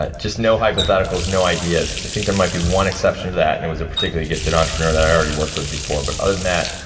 just, no hypotheticals, no ideas. i think there might be one exception to that, and it was a particularly gifted entrepreneur that i already worked with before. but, other than that,